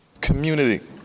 community